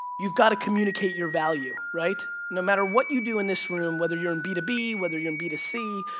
you've got to communicate your value, right? no matter what you do in this room, whether you're in b to b, whether you're in b to c,